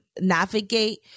navigate